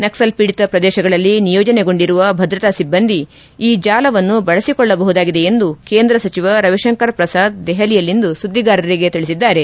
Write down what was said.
ನಕ್ಲಲ್ ಪೀಡತ ಪ್ರದೇಶಗಳಲ್ಲಿ ನಿಯೋಜನೆಗೊಂಡಿರುವ ಭದ್ರತಾ ಸಿಬ್ಬಂದಿ ಈ ಜಾಲವನ್ನು ಬಳಸಿಕೊಳ್ಳಬಹುದಾಗಿದೆ ಎಂದು ಕೇಂದ್ರ ಸಚಿವ ರವಿಶಂಕರ್ ಪ್ರಸಾದ್ ದೆಹಲಿಯಲ್ಲಿಂದು ಸುದ್ದಿಗಾರರಿಗೆ ತಿಳಿಸಿದ್ದಾರೆ